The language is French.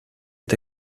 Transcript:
est